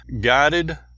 guided